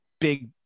big